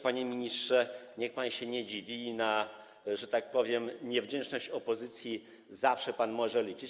Panie ministrze, niech pan się nie dziwi i na, że tak powiem, niewdzięczność opozycji zawsze pan może liczyć.